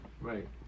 Right